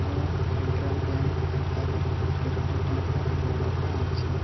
ମୋ Federal Bank ଖାତାରେ କେତେ ଟଙ୍କା ବଳକା ଅଛି